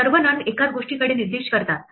सर्व none एकाच गोष्टीकडे निर्देश करतात